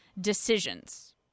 decisions